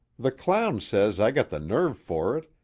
the clown says i got the nerve for it,